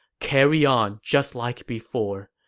carry on just like before.